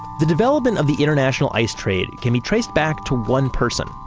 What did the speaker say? the development of the international ice trade can be traced back to one person,